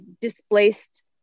displaced